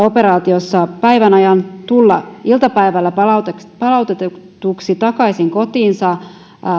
operaatiossa päivän ajan ja tulla iltapäivällä palautetuksi palautetuksi takaisin kotiinsa